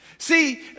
See